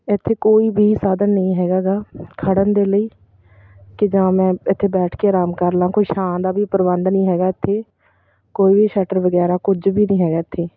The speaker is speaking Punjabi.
ਇੱਥੇ ਕੋਈ ਵੀ ਸਾਧਨ ਨਹੀਂ ਹੈਗਾ ਗਾ ਖੜ੍ਹਨ ਦੇ ਲਈ ਕਿ ਜਾਂ ਮੈਂ ਇੱਥੇ ਬੈਠ ਕੇ ਆਰਾਮ ਕਰ ਲਾ ਕੋਈ ਛਾਂ ਦਾ ਵੀ ਪ੍ਰਬੰਧ ਨਹੀਂ ਹੈਗਾ ਇੱਥੇ ਕੋਈ ਵੀ ਸ਼ਟਰ ਵਗੈਰਾ ਕੁਝ ਵੀ ਨਹੀਂ ਹੈਗਾ ਇੱਥੇ